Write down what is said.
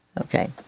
Okay